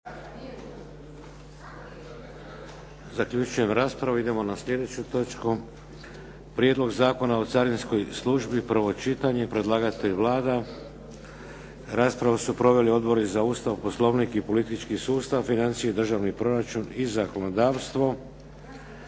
Vladimir (HDZ)** Idemo na sljedeću točku - Prijedlog zakona o carinskoj službi, prvo čitanje, P.Z. br. 242 Predlagatelj je Vlada. Raspravu su proveli odbori za Ustav, Poslovnik i politički sustav, financije i državni proračun i zakonodavstvo.